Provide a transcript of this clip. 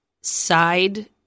side